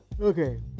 okay